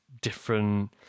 different